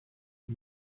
are